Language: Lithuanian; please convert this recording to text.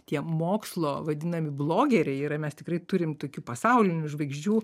tie mokslo vadinami blogeriai yra mes tikrai turim tokių pasaulinių žvaigždžių